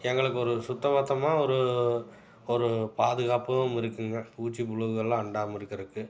எங்களுக்கு ஒரு சுத்தபத்தமாக ஒரு ஒரு பாதுகாப்பும் இருக்குங்க பூச்சி புழுகெல்லாம் அண்டாமல் இருக்கறதுக்கு